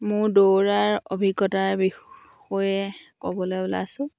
মোৰ দৌৰাৰ অভিজ্ঞতাৰ বিষয়ে ক'বলৈ ওলাইছোঁ